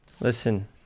Listen